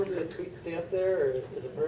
tweets stay up there